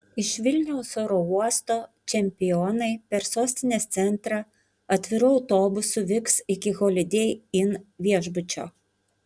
iš vilniaus oro uosto čempionai per sostinės centrą atviru autobusu vyks iki holidei inn viešbučio